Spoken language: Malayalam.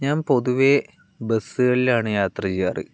ഞാൻ പൊതുവെ ബസ്സുകളിലാണ് യാത്ര ചെയ്യാറ്